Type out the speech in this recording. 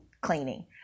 cleaning